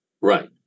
Right